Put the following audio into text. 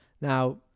Now